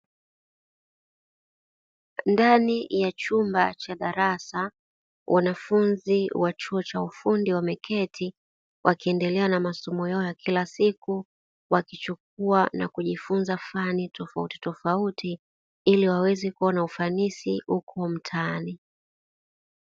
Ndani ya chumba cha darasa, wanafunzi wa chuo cha ufundi wameketi wakiendelea na masomo yao ya kila siku wakichukua na kujifunza fani tofauti tofauti ili waweze kuwa na ufanisi huko mtaani.